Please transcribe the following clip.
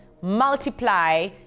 multiply